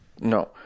No